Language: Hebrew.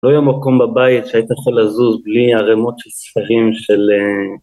לא יהיה מקום בבית שהיית יכול לזוז בלי ערימות של ספרים של